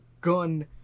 gun